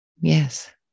Yes